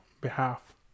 behalf